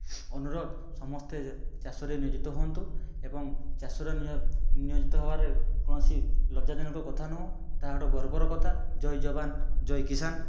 ଅନୁରୋଧ ସମସ୍ତେ ଚାଷରେ ନିୟୋଜିତ ହୁଅନ୍ତୁ ଏବଂ ଚାଷରେ ନିୟୋ ନିୟୋଜିତ ହେବାରେ କୌଣସି ଲଜ୍ୟାଜନକ କଥା ନୁହଁ ତାହା ଗୋଟେ ଗର୍ବର କଥା ଜୟ ଯବାନ୍ ଜୟ କିସାନ୍